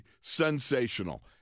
sensational